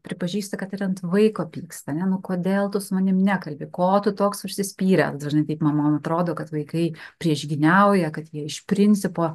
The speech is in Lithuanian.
pripažįsta kad ir ant vaiko pyksta ne nu kodėl tu su manimi nekalbi ko tu toks užsispyręs dažnai taip mamom atrodo kad vaikai priešgyniauja kad jie iš principo